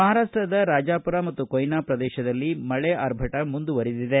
ಮಹಾರಾಷ್ವದ ರಾಜಾಪುರ ಮತ್ತು ಕೊಯ್ನಾ ಪ್ರದೇಶದಲ್ಲಿ ಮಳೆ ಆರ್ಭಟ ಮುಂದುವರೆದಿದೆ